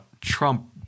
Trump